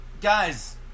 guys